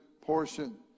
portion